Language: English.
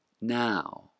now